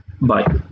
Bye